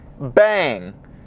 bang